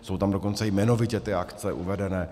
Jsou tam dokonce jmenovitě ty akce uvedené.